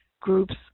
groups